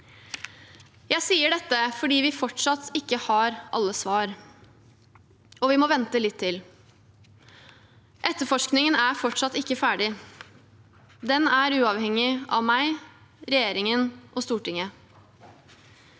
Jeg sier dette fordi vi fortsatt ikke har alle svar, og vi må vente litt til. Etterforskningen er fortsatt ikke ferdig. Den er uavhengig av meg, regjeringen og Stortinget.